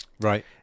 Right